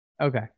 Okay